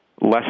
less